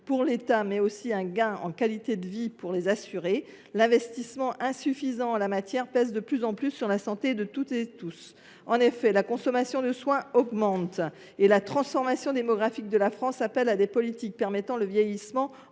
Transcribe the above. pour l’État, mais aussi un gain en qualité de vie pour les assurés, le manque d’investissement en la matière pèse de plus en plus sur la santé de chacun. En effet, la consommation de soins augmente et la transformation démographique de la France appelle à des politiques permettant de vieillir en